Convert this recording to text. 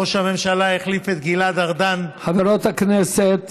ראש הממשלה החליף את גלעד ארדן, חברות הכנסת.